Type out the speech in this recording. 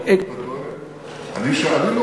לא לא, אני שאלתי שאלות.